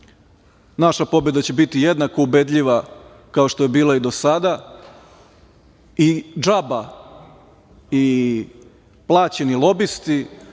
naša pobeda će biti jednako ubedljiva, kao što je bila i do sada. Džaba i plaćeni lobisti,